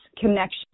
connection